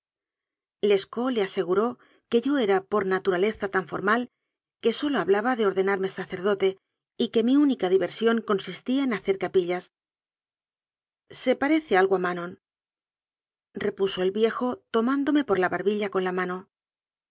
lescaut le aseguró que yo era por naturaleza tan formal que sólo hablaba de ordenarme sacerdote y que mi única diversión consistía en hacer capillas se parece algo a ma non repuso el viejo tomándome por la barbilla con la mano